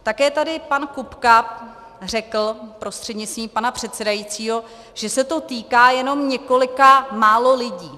Také tady pan Kupka řekl prostřednictvím pana předsedajícího, že se to týká jenom několika málo lidí.